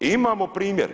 I imamo primjer.